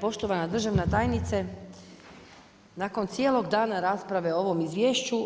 Poštovana državna tajnice, nakon cijelog dana rasprave o ovom izvješću